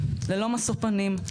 ללא משוא פנים,